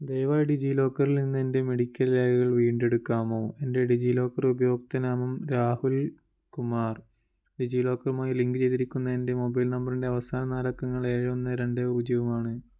ദയവായി ഡിജിലോക്കറിൽ നിന്ന് എൻ്റെ മെഡിക്കൽ രേഖകൾ വീണ്ടെടുക്കാമോ എൻ്റെ ഡിജിലോക്കർ ഉപയോക്തൃനാമം രാഹുൽ കുമാർ ഡിജിലോക്കറുമായി ലിങ്കുചെയ്തിരിക്കുന്ന എൻ്റെ മൊബൈൽ നമ്പറിൻ്റെ അവസാന നാലക്കങ്ങൾ ഏഴ് ഒന്ന് രണ്ട് പൂജ്യവുമാണ്